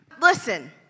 Listen